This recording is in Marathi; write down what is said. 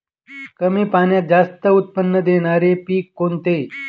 कमी पाण्यात जास्त उत्त्पन्न देणारे पीक कोणते?